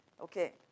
okay